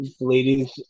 ladies